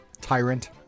Tyrant